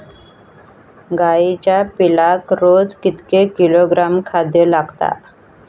गाईच्या पिल्लाक रोज कितके किलोग्रॅम खाद्य लागता?